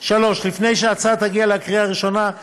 3. לפני שההצעה תגיע לקריאה ראשונה היא